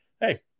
Hey